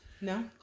No